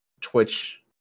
twitch